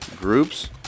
groups